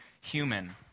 human